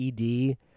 ED